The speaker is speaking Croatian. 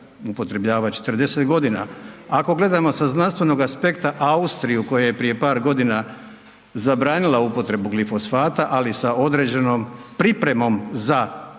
upotrebljava 40.g. Ako gledamo sa znanstvenog aspekta Austriju koja je prije par godina zabranila upotrebu glifosata, ali sa određenom pripremom za prelazak